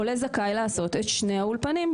עולה זכאי לעשות את שני האולפנים,